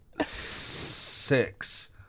six